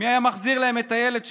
מי היה מחזיר להם את הילד שלהם?